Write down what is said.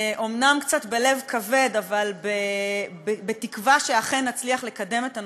אומנם קצת בלב כבד אבל בתקווה שאכן נצליח לקדם את הנושא,